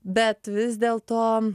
bet vis dėl to